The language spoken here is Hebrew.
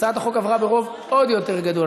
הצעת החוק עברה ברוב עוד יותר גדול,